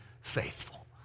faithful